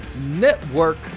Network